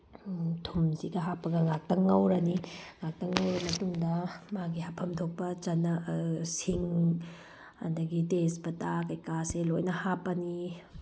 ꯊꯨꯝꯁꯤꯒ ꯍꯥꯞꯄꯒ ꯉꯥꯛꯇꯪ ꯉꯧꯔꯅꯤ ꯉꯥꯛꯇꯪ ꯉꯧꯔ ꯃꯇꯨꯡꯗ ꯃꯥꯒꯤ ꯍꯥꯐꯝ ꯊꯣꯛꯄ ꯁꯤꯡ ꯑꯗꯒꯤ ꯇꯦꯁꯄꯇꯥ ꯀꯩꯀꯥꯁꯦ ꯂꯣꯏꯅ ꯍꯥꯞꯄꯅꯤ